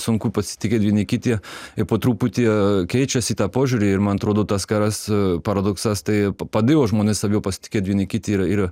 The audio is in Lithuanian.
sunku pasitikėti vieni kiti ir po truputį keičiasi į tą požiūrį ir man atrodo tas karas paradoksas tai padėjo žmonės labiau pasitikėti vieni kiti ir ir